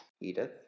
Edith